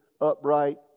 upright